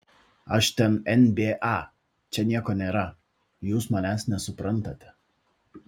aš ten nba čia nieko nėra jūs manęs nesuprantate